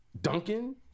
Duncan